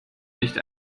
nicht